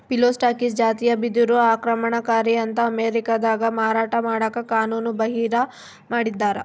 Phyllostachys ಜಾತಿಯ ಬಿದಿರು ಆಕ್ರಮಣಕಾರಿ ಅಂತ ಅಮೇರಿಕಾದಾಗ ಮಾರಾಟ ಮಾಡಕ ಕಾನೂನುಬಾಹಿರ ಮಾಡಿದ್ದಾರ